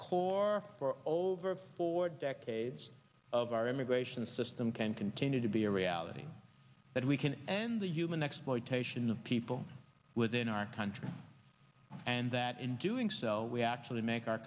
core for over four decades of our immigration system can continue to be a reality that we can end the human exploitation of people within our country and that in doing so we actually make our